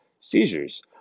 seizures